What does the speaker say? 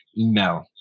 Email